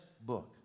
book